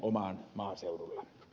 herra puhemies